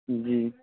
جی